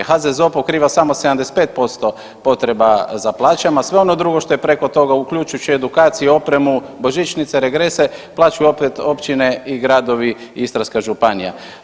HZZO pokriva samo 75% potreba za plaćama, a sve ono drugo što je preko toga uključujući edukaciju i opremu, božićnice, regrese plaćaju opet općine i gradovi Istarska županija.